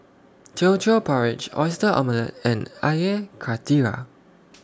Teochew Porridge Oyster Omelette and Air Karthira